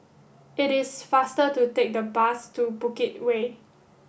it is faster to take the bus to Bukit Way